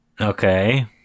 okay